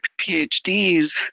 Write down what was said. PhDs